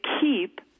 keep